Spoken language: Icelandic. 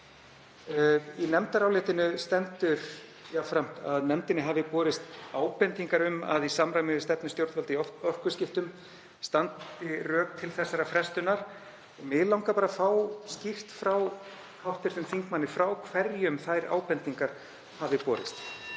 Í nefndarálitinu stendur jafnframt að nefndinni hafi borist ábendingar um að í samræmi við stefnu stjórnvalda í orkuskiptum standi rök til þessarar frestunar. Mig langar bara að fá skýrt frá hv. þingmanni frá hverjum þær ábendingar hafi borist.